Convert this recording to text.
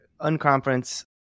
Unconference